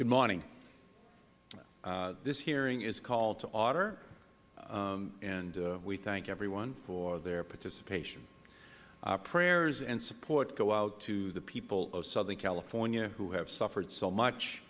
good morning this hearing is called to order and we thank everyone for their participation our prayers and support go out to the people of southern california who have suffered so much